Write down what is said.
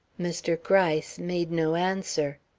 mr. gryce made no answer.